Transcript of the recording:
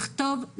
לכתוב,